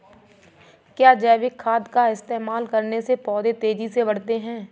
क्या जैविक खाद का इस्तेमाल करने से पौधे तेजी से बढ़ते हैं?